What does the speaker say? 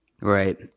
Right